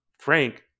Frank